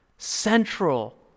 central